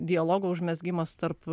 dialogo užmezgimas tarp